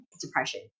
depression